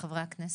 חברי הכנסת,